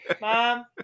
Mom